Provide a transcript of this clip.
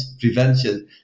prevention